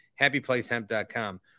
happyplacehemp.com